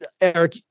Eric